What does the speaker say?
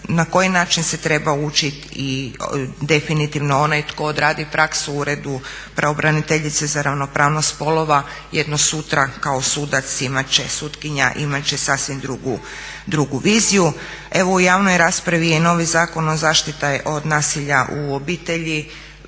na koji način se treba učit i definitivno onaj tko odradi praksu u Uredu pravobraniteljice za ravnopravnost spolova jedno sutra kao sudac imat će sutkinja, imat će sasvim drugu viziju. Evo u javnoj raspravi je novi Zakon o zaštiti od nasilja u obitelji,